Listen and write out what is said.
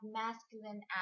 masculine